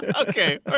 Okay